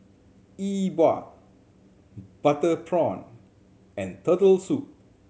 E Bua butter prawn and Turtle Soup